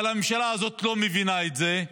אבל הממשלה הזאת לא מבינה את זה.